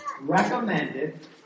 recommended